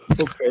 Okay